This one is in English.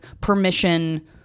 permission